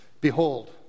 Behold